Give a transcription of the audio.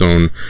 own